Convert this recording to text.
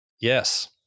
yes